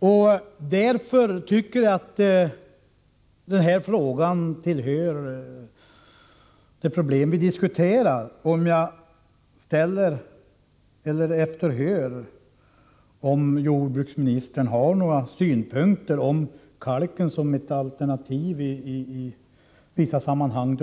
Jag tycker att den här frågan hör samman med det problem som vi diskuterar. Jag vill efterhöra om jordbruksministern har några synpunkter beträffande kalken som alternativ då